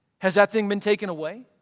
has that thing been taken away?